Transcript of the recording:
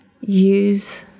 Use